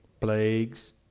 Plagues